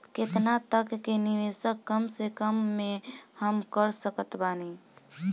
केतना तक के निवेश कम से कम मे हम कर सकत बानी?